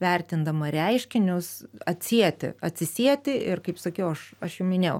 vertindama reiškinius atsieti atsisieti ir kaip sakiau aš aš jau minėjau